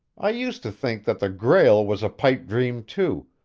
i used to think that the grail was a pipe dream, too,